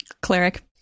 cleric